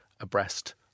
abreast